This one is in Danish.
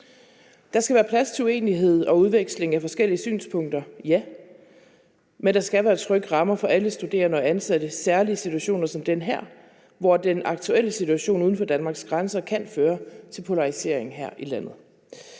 Der skal være plads til uenighed og udveksling af forskellige synspunkter, ja, men der skal være trygge rammer for alle studerende og ansatte, særlig i situationer som den her, hvor den aktuelle situation uden for Danmarks grænser kan føre til polarisering her i landet.